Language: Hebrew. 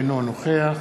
אינו נוכח